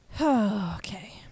Okay